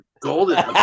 golden